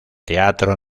teatro